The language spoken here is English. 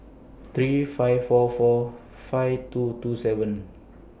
three five four four five two two seven